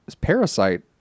Parasite